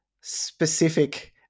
specific